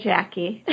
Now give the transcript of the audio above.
Jackie